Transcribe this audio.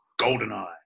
GoldenEye